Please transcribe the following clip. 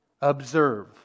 observe